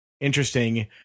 interesting